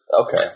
Okay